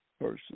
person